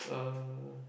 uh